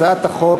הצעת החוק